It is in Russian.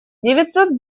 девятьсот